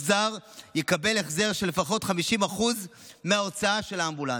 יקבל החזר של לפחות 50% מההוצאה על האמבולנס,